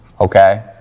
Okay